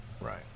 Right